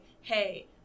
hey